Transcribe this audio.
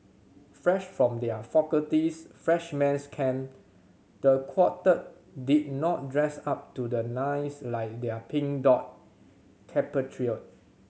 fresh from their faculty's freshman's camp the quartet did not dress up to the nines like their Pink Dot compatriot